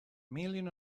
million